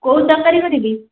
କେଉଁ ତରକାରୀ କରିବି